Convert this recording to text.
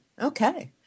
Okay